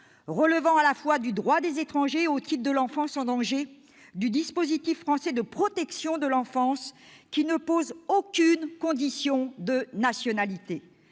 relevant à la fois du droit des étrangers et, au titre de l'enfance en danger, du dispositif français de protection de l'enfance qui ne pose aucune condition de nationalité.